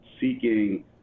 seeking